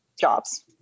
jobs